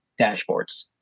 dashboards